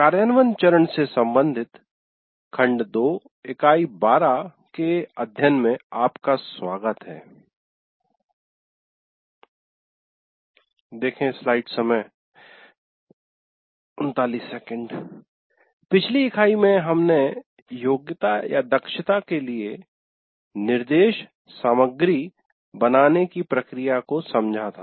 कार्यान्वयन चरण से सम्बंधित खंड 2 इकाई 12 के अध्ययन में आपका स्वागत है पिछली इकाई में हमने योग्यतादक्षता के लिए निर्देश सामग्री बनाने की प्रक्रिया को समझा था